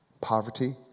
poverty